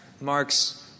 marks